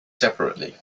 separately